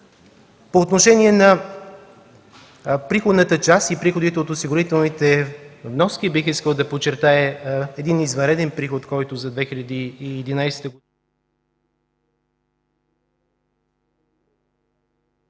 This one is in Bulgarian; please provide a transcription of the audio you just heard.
По отношение на приходната част и приходите от осигурителните вноски бих искал да подчертая един извънреден приход, който за 2011 г.